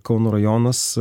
kauno rajonas